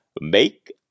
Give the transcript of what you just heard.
make